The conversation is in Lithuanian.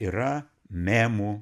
yra memų